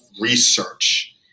research